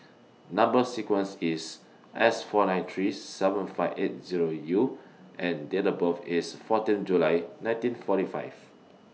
Number sequence IS S four nine three seven five eight Zero U and Date of birth IS fourteen July nineteen forty five